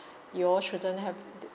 you all shouldn't have the